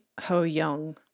Ho-young